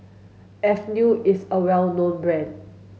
Avene is a well known brand